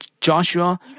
Joshua